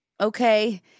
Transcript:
okay